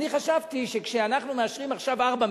אני חשבתי שכשאנחנו מאשרים עכשיו 4 מיליון,